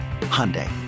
Hyundai